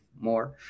more